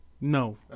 No